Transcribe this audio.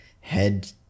head